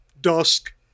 dusk